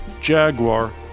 Jaguar